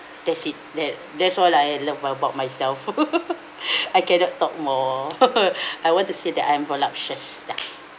that's it that that's what I love about myself I cannot talk more I want to say that I'm ya